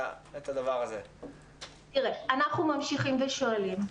אנחנו ממשיכים ושואלים,